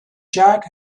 jack